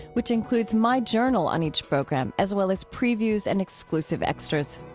which includes my journal on each program as well as previews and exclusive extras.